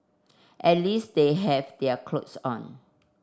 at least they have their clothes on